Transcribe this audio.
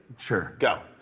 sure. go.